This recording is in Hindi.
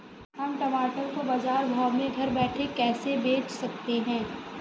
हम टमाटर को बाजार भाव में घर बैठे कैसे बेच सकते हैं?